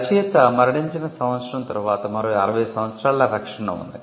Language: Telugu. రచయిత మరణించిన సంవత్సరం తర్వాత మరో 60 సంవత్సరాల రక్షణ ఉంది